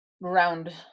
round